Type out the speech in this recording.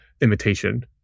imitation